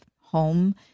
home